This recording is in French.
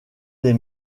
des